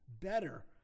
better